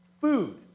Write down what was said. Food